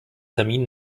termin